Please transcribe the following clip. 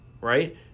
right